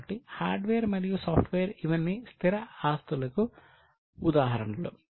కాబట్టి హార్డ్వేర్ మరియు సాఫ్ట్వేర్ ఇవన్నీ స్థిర ఆస్తులకు ఉదాహరణలు